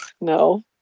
no